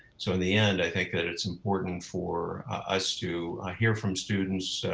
so in the end, i think that it's important for us to hear from students,